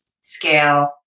scale